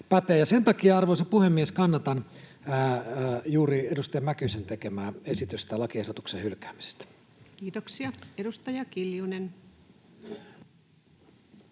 Sen takia, arvoisa puhemies, kannatan edustaja Mäkysen juuri tekemää esitystä lakiehdotuksen hylkäämisestä. Kiitoksia. — Edustaja Kiljunen.